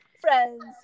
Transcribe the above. friends